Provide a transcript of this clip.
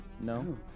no